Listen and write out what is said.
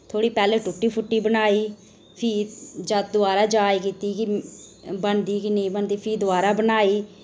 थोह्ड़ी पैह्ले टूटी फूटी बनाई फ्ही जद दोआरा जाच कीती कि बनदी कि नेईं बनदी फ्ही दोआरा बनाई